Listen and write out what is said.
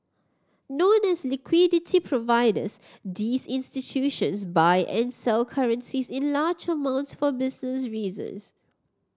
known as liquidity providers these institutions buy and sell currencies in large amounts for business reasons